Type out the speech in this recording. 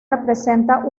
representa